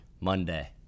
Monday